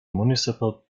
municipal